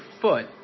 foot